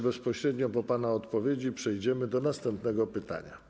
Bezpośrednio po pana odpowiedzi przejdziemy do następnego pytania.